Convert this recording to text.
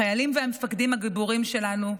החיילים והמפקדים הגיבורים שלנו,